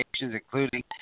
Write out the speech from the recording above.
including